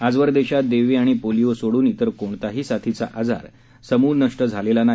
आजवर देशात देवी आणि पोलिओ सोडून इतर कोणताही साथीचा आजार समूळ नष्ट झालेला नाही